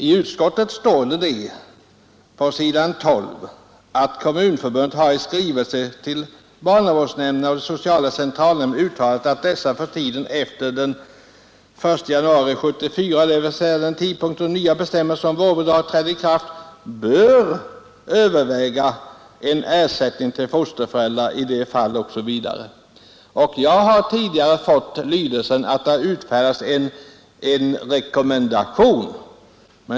I utskottsbetänkandet står på s. 12 att ”Kommunförbundet i skrivelser i oktober 1973 till barnavårdsnämnderna och de sociala centralnämnderna uttalat att dessa för tiden efter den 1 januari 1974, dvs. den tidpunkt då de nya bestämmelserna om vårdbidrag trädde i kraft, bör överväga en justering av ersättningen till fosterföräldrar ———”. Jag har tidigare fått lydelsen att det utfärdats en rekommendation.